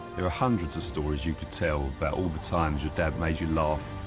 there are hundreds of stories you could tell about all the times your dad made you laugh,